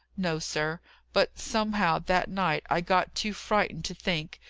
no, sir but somehow, that night i got too frightened to think.